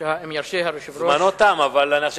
אפשר שאלה?